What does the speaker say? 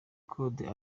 kode